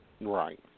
Right